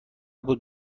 بود